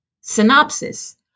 synopsis